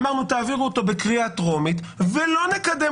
אמרנו שנעביר אותו בקריאה טרומית ולא נקדם